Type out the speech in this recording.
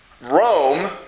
Rome